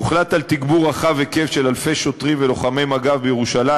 הוחלט על תגבור רחב-היקף של אלפי שוטרים ולוחמי מג"ב בירושלים,